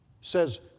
says